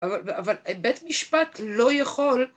אב.. אב.. אבל בית משפט לא יכול